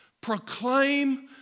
proclaim